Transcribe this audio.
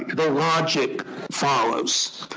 the logic follows.